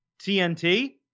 TNT